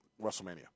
WrestleMania